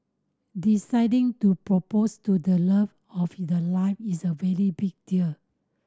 deciding to propose to the love of you the life is a very big deal